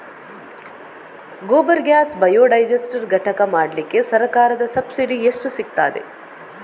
Gobar gas biodigester ಘಟಕ ಮಾಡ್ಲಿಕ್ಕೆ ಸರ್ಕಾರದ ಸಬ್ಸಿಡಿ ಎಷ್ಟು ಸಿಕ್ತಾದೆ?